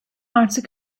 artık